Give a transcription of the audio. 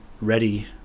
ready